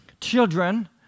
children